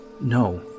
No